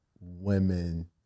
women